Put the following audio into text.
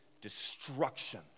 destruction